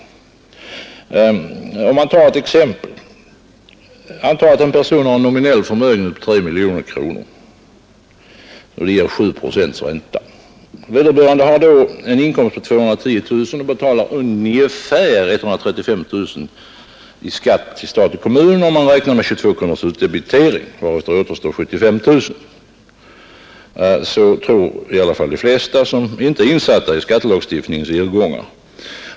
Nr 141 Låt oss ta ett exempel. Anta att en person har en nominell Onsdagen den förmögenhet på 3 miljoner kronor, och att den ger 7 procents ränta. 8 december 1971 Vederbörande har då en inkomst på 210 000 kronor och betalar ungefär 135 000 i skatt till stat och kommun, om man räknar med 22 kronors utdebitering. Återstår 75 000 kronor. Så tror i alla fall de flesta som inte är insatta i skattelagstiftningens irrgångar.